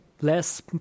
less